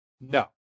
no